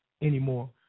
anymore